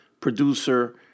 producer